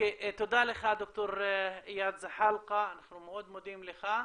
תודה לך, ד"ר איאד זחאלקה, אנחנו מאוד מודים לך.